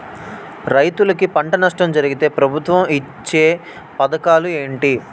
రైతులుకి పంట నష్టం జరిగితే ప్రభుత్వం ఇచ్చా పథకాలు ఏంటి?